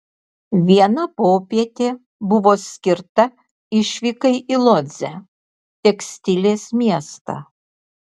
viena popietė buvo skirta išvykai į lodzę tekstilės miestą